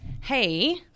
hey